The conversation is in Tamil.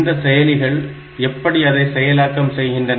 இந்த செயலிகள் எப்படி அதை செயலாக்கம் செய்கின்றன